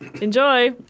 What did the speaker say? Enjoy